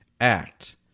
act